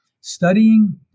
studying